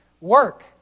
work